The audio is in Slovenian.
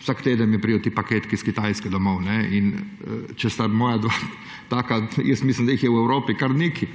vsak teden mi pridejo ti paketki s Kitajske domov. In če sta moja dva taka, mislim, da jih je v Evropi kar nekaj